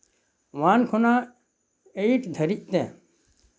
one ᱠᱷᱚᱱᱟᱜ eight ᱫᱷᱟᱹᱨᱤᱡᱛᱮ